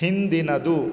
ಹಿಂದಿನದು